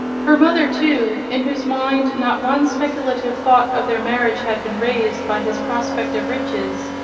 her mother too, in whose mind not one speculative thought of their marriage had been raised, by his prospect of riches,